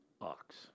Ox